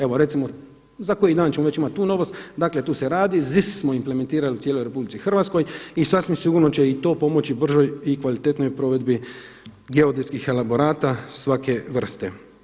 Evo, recimo za koji dan ćemo već imati tu novost, dakle tu se radi, ZIS smo implementirali u cijeloj Republici Hrvatskoj i sasvim sigurno će i to pomoći bržoj i kvalitetnijoj provedbi geodetskih elaborata svake vrste.